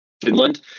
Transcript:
Finland